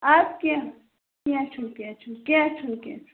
آ کیٚنٛہہ کیٚنٛہہ چھُنہٕ کیٚنٛہہ چھُنہٕ کیٚنٛہہ چھُنہٕ کیٚنٛہہ چھُنہٕ